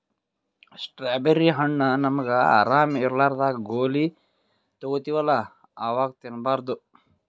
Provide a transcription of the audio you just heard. strawberry ಹಣ್ಣ್ ನಮ್ಗ್ ಆರಾಮ್ ಇರ್ಲಾರ್ದಾಗ್ ಗೋಲಿ ತಗೋತಿವಲ್ಲಾ ಅವಾಗ್ ತಿನ್ಬಾರ್ದು